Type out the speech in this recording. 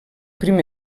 primer